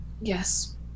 Yes